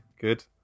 Good